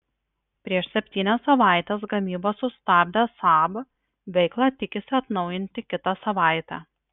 prieš septynias savaites gamybą sustabdęs saab veiklą tikisi atnaujinti kitą savaitę